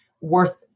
worth